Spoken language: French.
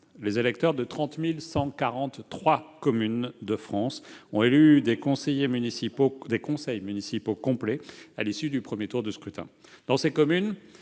les électeurs de 30 143 communes de France ont élu des conseils municipaux complets à l'issue du premier tour de scrutin.